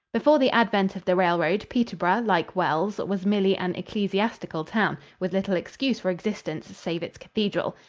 before the advent of the railroad, peterborough, like wells, was merely an ecclesiastical town, with little excuse for existence save its cathedral.